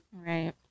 Right